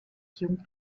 jung